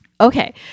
Okay